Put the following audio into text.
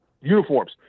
uniforms